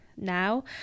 now